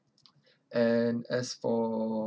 and as for